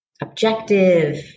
objective